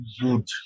good